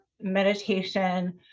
meditation